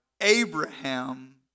Abraham